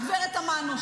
הגב' תמנו,